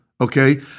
okay